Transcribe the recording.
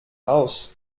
aus